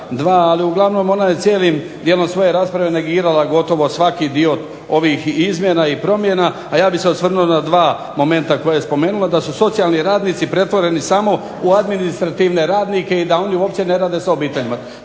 ali uglavnom ona je cijelim dijelom svoje rasprave negirala gotovo svaki dio ovih izmjena i promjena, a ja bih se osvrnuo na 2 momenta koja je spomenula – da su socijalni radnici pretvoreni samo u administrativne radnike i da oni uopće ne rade s obiteljima.